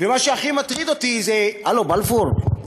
מה שהכי מטריד אותי זה, הלו, בלפור?